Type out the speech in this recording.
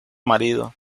marido